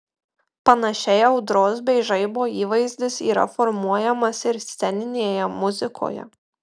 panašiai audros bei žaibo įvaizdis yra formuojamas ir sceninėje muzikoje